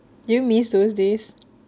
you miss those days